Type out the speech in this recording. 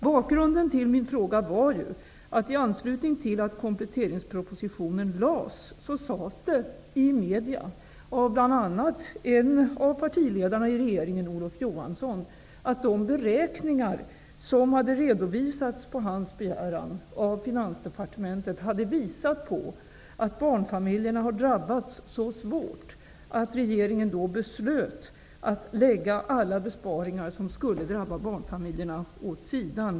Bakgrunden till min fråga var att, i anslutning till att kompletteringspropositionen lades fram framförde en partiledare i regeringen, Olof Johansson, i media att de beräkningar som hade redovisats i Finansdepartementet på hans begäran hade visat på att barnfamiljerna skulle drabbas så hårt av en del av besparingsförslagen att regeringen beslöt att lägga alla de förslagen åt sidan.